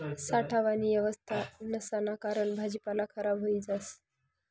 साठावानी येवस्था नसाना कारण भाजीपाला खराब व्हयी जास